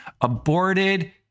Aborted